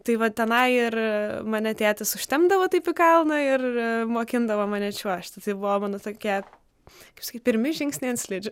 tai va tenai ir mane tėtis užtempdavo taip į kalną ir mokindavo mane čiuožti tai buvo mano tokie kažkaip pirmi žingsniai ant slidžių